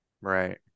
Right